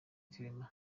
clement